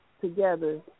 together